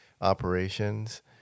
operations